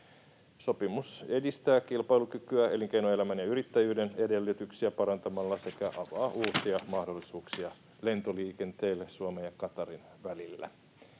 Sopimus edistää kilpailukykyä elinkeinoelämän ja yrittäjyyden edellytyksiä parantamalla sekä avaa uusia mahdollisuuksia lentoliikenteelle Suomen ja Qatarin välillä.